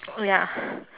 oh ya